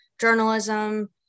journalism